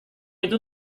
itu